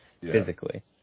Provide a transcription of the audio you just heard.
physically